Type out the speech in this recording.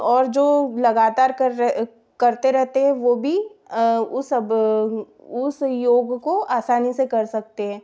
और जो लगातार कर करते रहेते हैं वह भी वह सब उस योग को आसानी से कर सकते हैं